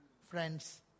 Friends